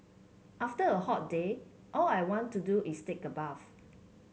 after a hot day all I want to do is take a bath